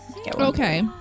Okay